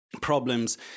problems